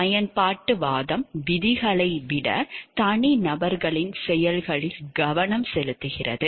பயன்பாட்டுவாதம் விதிகளை விட தனிநபர்களின் செயல்களில் கவனம் செலுத்துகிறது